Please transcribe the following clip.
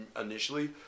initially